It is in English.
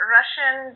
Russian